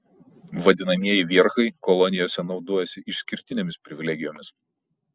vadinamieji vierchai kolonijose naudojasi išskirtinėmis privilegijomis